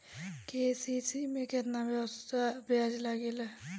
KCC में केतना ब्याज लगेला?